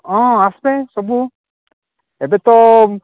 ହଁ ଆସେ ସବୁ ଏବେ ତ